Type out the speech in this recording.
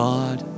God